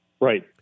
Right